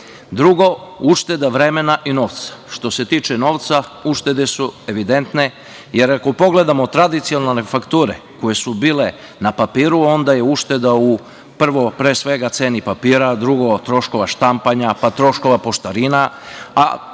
Drugo, ušteda vremena i novca. Što se tiče novca, uštede su evidentne, jer ako pogledamo tradicionalne fakture, koje su bile na papiru, onda je ušteda u, prvo, pre svega, ceni papira, drugo, troškova štampanja, pa troškova poštarina, a kada